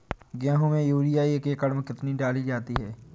गेहूँ में यूरिया एक एकड़ में कितनी डाली जाती है?